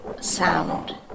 sound